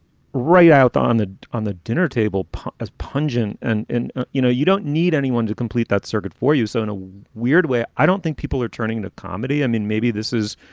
right out on the on the dinner table as pungent. and, you know, you don't need anyone to complete that circuit for you. so in a weird way, i don't think people are turning to comedy. i mean, maybe this is.